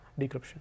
decryption